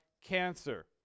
cancer